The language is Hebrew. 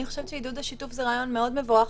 אני חושבת שעידוד השיתוף זה רעיון מאוד מבורך,